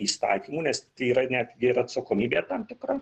įstatymų nes yra netgi ir atsakomybė tam tikra